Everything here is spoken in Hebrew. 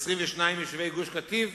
22 יישובי גוש-קטיף